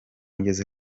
ngeze